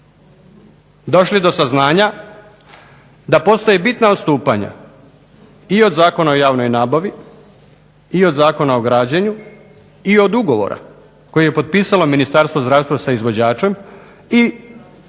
došli do saznanja da postoje bitna odstupanja i od Zakona o javnoj nabavi i od Zakona o građenju i od ugovora koje je potpisalo Ministarstvo zdravstva sa izvođačem i bolnica